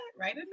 right